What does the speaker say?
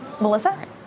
Melissa